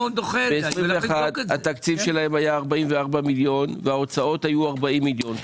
ב-2021 התקציב שלהם היה 44 מיליון וההוצאות היו 40 מיליון.